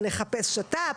ונחפש שת"פ,